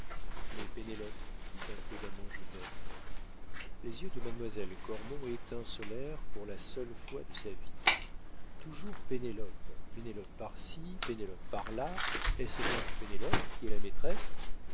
mais pénélope dit imprudemment josette les yeux de mademoiselle cormon étincelèrent pour la seule fois de sa vie toujours pénélope pénélope par ci pénélope par là est-ce donc pénélope qui est la maîtresse